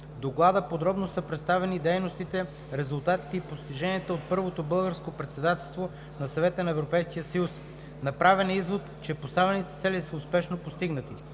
Доклада подробно са представени дейностите, резултатите и постиженията от първото Българско председателство на Съвета на Европейския съюз. Направен е извод, че поставените цели са успешно постигнати.